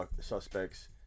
suspects